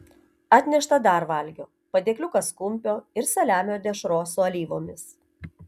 atnešta dar valgio padėkliukas kumpio ir saliamio dešros su alyvomis